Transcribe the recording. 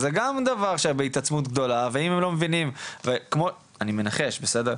זה גם דבר שבהתעצמות גדולה ואני מנחש בסדר,